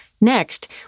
Next